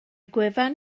gwefan